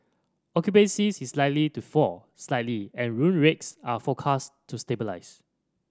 occupancy is likely to fall slightly and room rates are forecast to stabilise